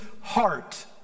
heart